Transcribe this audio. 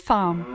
Farm